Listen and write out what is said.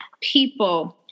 people